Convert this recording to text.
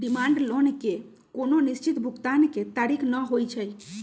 demand loan के कोनो निश्चित भुगतान के तारिख न होइ छइ